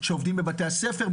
שעובדים בבתי הספר,